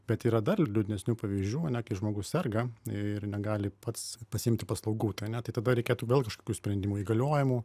bet yra dar liūdnesnių pavyzdžių ane kai žmogus serga ir negali pats pasiimti paslaugų anet tai tada reikėtų vėl kažkokių sprendimų įgaliojimų